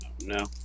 No